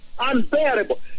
Unbearable